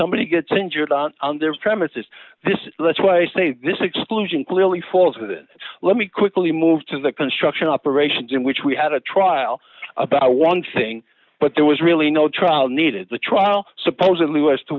somebody gets injured on their premises this so that's why i say this exclusion clearly falls within let me quickly move to the construction operations in which we had a trial about one thing but there was really no trial needed at the trial supposedly was t